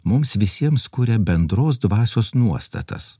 mums visiems kuria bendros dvasios nuostatas